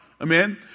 Amen